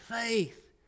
faith